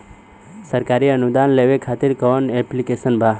सरकारी अनुदान लेबे खातिर कवन ऐप्लिकेशन बा?